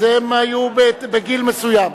אז הם היו בגיל מסוים.